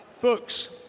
Books